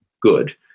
good